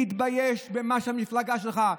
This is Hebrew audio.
להתבייש במה שהמפלגה שלך,